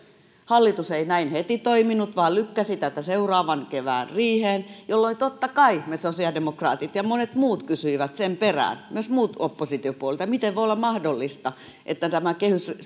hallitus ei näin heti toiminut vaan lykkäsi tätä seuraavan kevään riiheen jolloin totta kai me sosiaalidemokraatit ja monet muut kysyimme sen perään myös muut oppositiopuolelta miten voi olla mahdollista että tätä